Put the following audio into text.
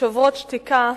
"שוברות שתיקה",